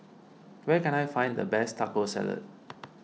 where can I find the best Taco Salad